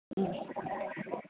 ഉം